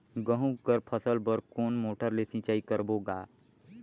गहूं कर फसल बर कोन मोटर ले सिंचाई करबो गा?